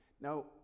Now